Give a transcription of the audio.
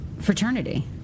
fraternity